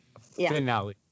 finale